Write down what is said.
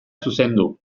zuzendu